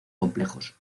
complejos